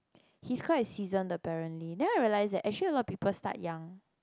he's quite seasoned apparently then I realised that actually a lot of people start young